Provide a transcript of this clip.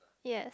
yes